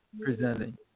presenting